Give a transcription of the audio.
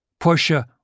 Porsche